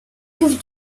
his